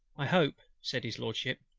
i hope, said his lordship,